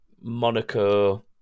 Monaco